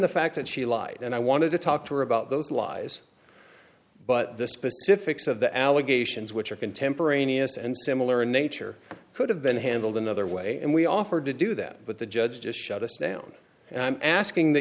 the fact that she lied and i wanted to talk to her about those lies but the specifics of the allegations which are contemporaneous and similar in nature could have been handled another way and we offered to do that but the judge just shut us down and i'm asking th